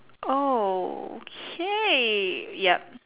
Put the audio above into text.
oh okay yup